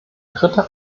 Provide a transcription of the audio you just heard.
dritte